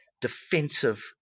defensive